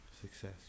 success